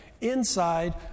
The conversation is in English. inside